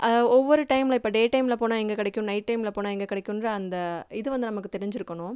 ஒவ்வொரு டைம்ல இப்போ டே டைம்ல போனால் எங்கே கிடைக்கும் நைட் டைம்ல போனால் எங்கே கிடைக்குன்ற அந்த இது வந்து நமக்கு தெரிஞ்சிருக்கணும்